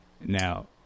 now